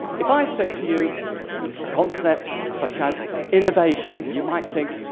if i said to you concept such as innovation, you might think,